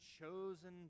chosen